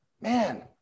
Man